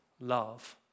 love